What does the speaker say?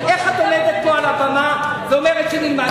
איך את עומדת פה על הבמה ואומרת שנלמד?